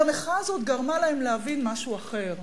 אבל המחאה הזאת גרמה להם להבין משהו אחר.